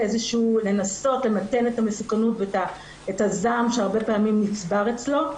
לנסות למתן את המסוכנות ואת הזעם שהרבה פעמים נצבר אצלו,